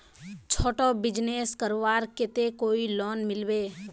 छोटो बिजनेस करवार केते कोई लोन मिलबे?